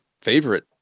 favorite